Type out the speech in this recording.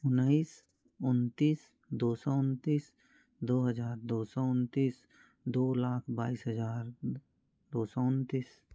उन्नीस उनतीस दो सौ उनतीस दो हज़ार दो सौ उनतीस दो लाख बाईस हज़ार दो सौ उनतीस